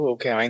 Okay